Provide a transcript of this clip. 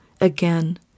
again